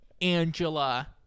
Angela